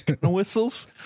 Whistles